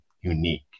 unique